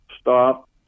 stop